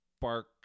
bark